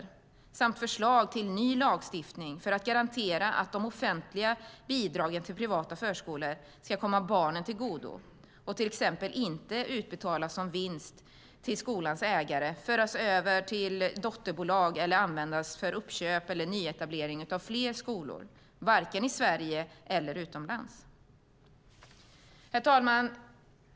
Vi vill se ett förslag till ny lagstiftning för att garantera att de offentliga bidragen till privata förskolor ska komma barnen till godo och till exempel inte utbetalas som vinst till skolans ägare, föras över till dotterbolag eller användas för uppköp eller nyetablering av fler skolor - varken i Sverige eller utomlands. Herr talman!